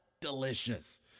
delicious